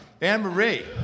Anne-Marie